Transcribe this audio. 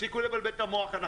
תפסיקו לבלבל את המוח,